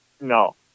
No